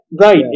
Right